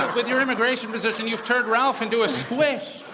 with your immigration position, you've turned ralph into a squish.